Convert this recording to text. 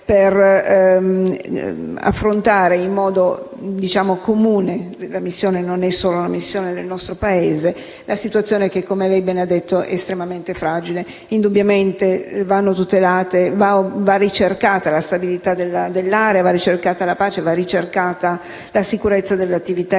per affrontare in modo comune - perché la missione non è solo del nostro Paese - una situazione, che come lei ha bene detto, è estremamente fragile. Indubbiamente vanno ricercate la stabilità dell'area, la pace, la sicurezza dell'attività economica